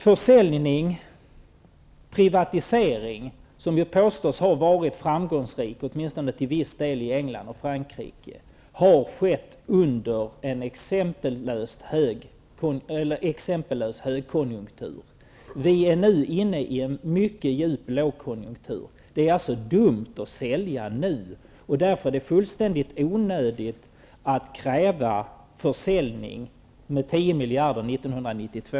Försäljning och privatisering -- som påstås ha varit framgångsrik, åtminstone till viss del i England och Frankrike -- har ägt rum under en exempellös högkonjunktur. Vi är nu inne i en mycket djup lågkonjunktur. Det är alltså dumt att sälja nu. Därför är det helt onödigt att kräva försäljning med tio miljarder år 1992.